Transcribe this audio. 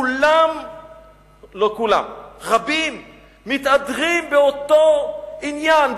רבים מתהדרים באותו עניין,